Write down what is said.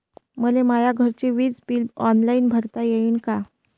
मले माया घरचे विज बिल ऑनलाईन भरता येईन का?